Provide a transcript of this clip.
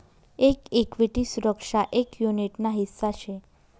एक इक्विटी सुरक्षा एक युनीट ना हिस्सा शे